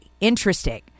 interesting